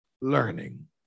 learning